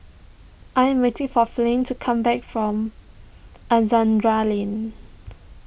I am waiting for Flint to come back from Alexandra Lane